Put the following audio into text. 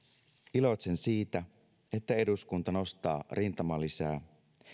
iloitsen siitä että eduskunta nostaa rintamalisää